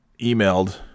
emailed